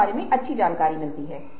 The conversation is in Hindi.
उनमें संज्ञानात्मक जटिलता है